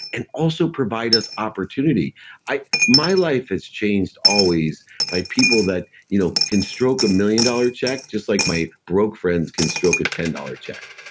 and also provide us opportunity my life has changed always by people that you know can stroke a million dollar check just like my broke friends can stroke a ten dollar check.